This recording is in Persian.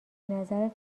نظرت